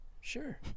Sure